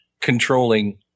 controlling